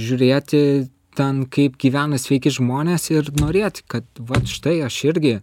žiūrėti ten kaip gyvena sveiki žmonės ir norėt vat štai aš irgi